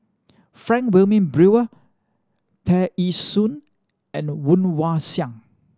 Frank Wilmin Brewer Tear Ee Soon and Woon Wah Siang